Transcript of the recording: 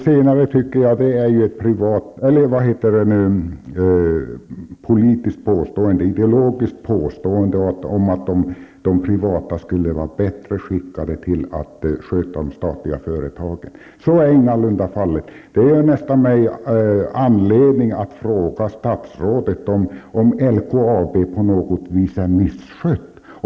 Fru talman! Det senare -- att de privata skulle vara bättre skickade att sköta de statliga företagen -- är ett ideologiskt påstående. Så är ingalunda fallet. LKAB på något sätt är misskött.